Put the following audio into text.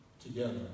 Together